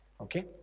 Okay